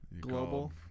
global